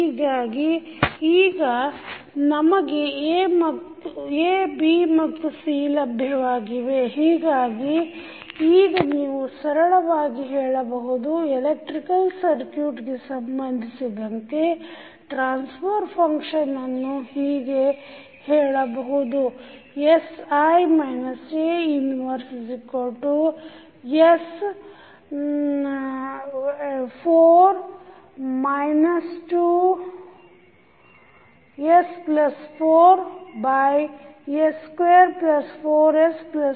ಹೀಗಾಗಿ ಈಗ ನೀವು ಸರಳವಾಗಿ ಹೇಳಬಹುದು ಎಲೆಕ್ಟ್ರಿಕಲ್ ಸರ್ಕ್ಯೂಟ್ ಗೆ ಸಂಬಂಧಿಸಿದಂತೆ ಟ್ರಾನ್ಸ್ಫರ್ ಫಂಕ್ಷನ್ ಅನ್ನು ಹೀಗೆ ವ್ಯಾಖ್ಯಾನಿಸಬಹುದು